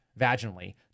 vaginally